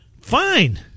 Fine